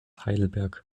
heidelberg